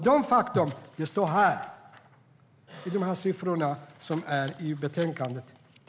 Det står här i siffrorna i betänkandet.